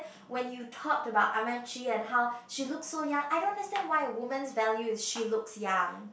when you talked about and how she looks so young I don't understand why a woman's value is she looks young